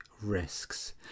risks